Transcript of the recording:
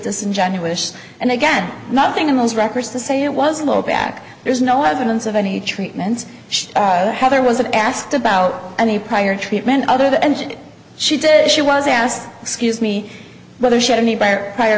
disingenuous and again nothing in those records to say it was a little back there's no evidence of any treatment heather was asked about any prior treatment other than and she did she was asked excuse me whether